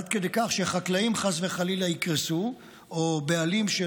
עד כדי כך שהחקלאים חס וחלילה יקרסו או בעלים של